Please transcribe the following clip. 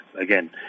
again